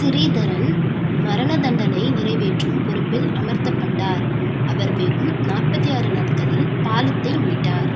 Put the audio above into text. சிறீதரன் மரண தண்டனை நிறைவேற்றும் பொறுப்பில் அமர்த்தப்பட்டார் அவர் வெறும் நாற்பத்தி ஆறு நாட்களில் பாலத்தை மீட்டார்